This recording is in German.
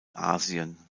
asien